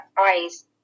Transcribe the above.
eyes